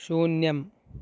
शून्यम्